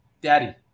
daddy